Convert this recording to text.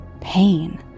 pain